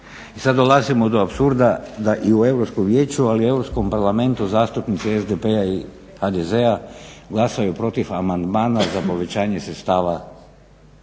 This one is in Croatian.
I sad dolazimo do apsurda da i u Europskom vijeću, ali i Europskog parlamentu zastupnici SDP-a i HDZ-a glasaju protiv amandmana za povećanje sredstava